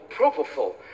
propofol